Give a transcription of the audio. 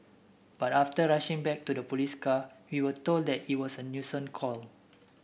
but after rushing back to the police car we were told that it was a nuisance call